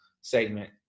segment